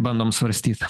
bandom svarstyt